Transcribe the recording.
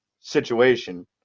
situation